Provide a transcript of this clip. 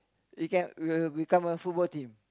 we can we will become a football team